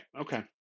Okay